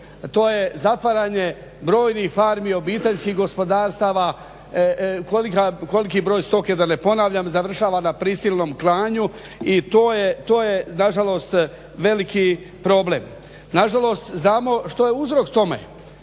To je zatvaranje brojnih farmi, obiteljskih gospodarstava, koliki broj stoke da ne ponavljam završava na prisilnom klanju i to je nažalost veliki problem. Znamo što je uzrok tome